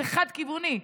זה חד-כיווני.